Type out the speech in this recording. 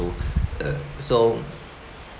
so